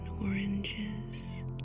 oranges